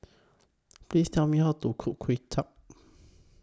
Please Tell Me How to Cook Kway Chap